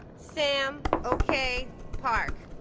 sam ok park